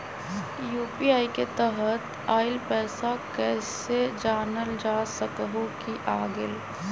UPI के तहत आइल पैसा कईसे जानल जा सकहु की आ गेल?